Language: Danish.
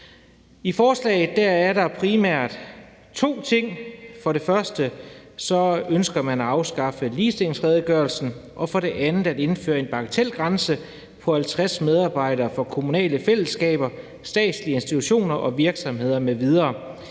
I forslaget er der primært to ting. For det første ønsker man at afskaffe ligestillingsredegørelsen og for det andet at indføre en bagatelgrænse på 50 medarbejdere for kommunale fællesskaber, statslige institutioner og virksomheder m.v., der